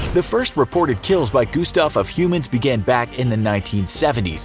the first reported kills by gustave of humans began back in the nineteen seventy s,